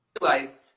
realize